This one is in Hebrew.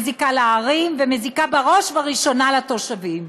מזיקה לערים ומזיקה בראש ובראשונה לתושבים.